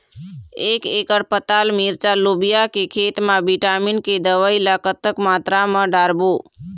एक एकड़ पताल मिरचा लोबिया के खेत मा विटामिन के दवई ला कतक मात्रा म डारबो?